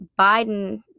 Biden